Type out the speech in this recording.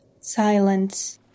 Silence